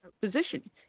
position